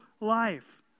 life